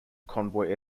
convoy